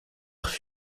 fut